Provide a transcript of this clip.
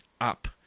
up